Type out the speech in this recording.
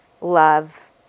Love